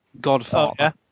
Godfather